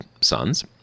sons